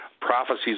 Prophecies